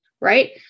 right